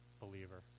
believer